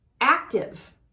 Active